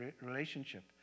relationship